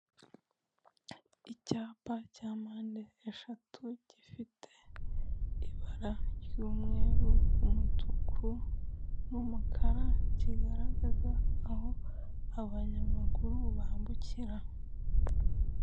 Icyapa cya mpande eshatu gifite ibara ry'umweru, umutuku n'umukara kigaragaza aho abanyamaguru bambukira.